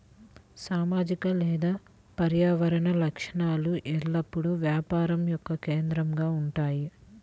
సామాజిక లేదా పర్యావరణ లక్ష్యాలు ఎల్లప్పుడూ వ్యాపారం యొక్క కేంద్రంగా ఉంటాయి